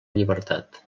llibertat